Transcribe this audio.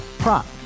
prop